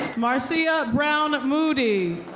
marcia brown-moody.